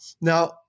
Now